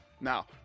Now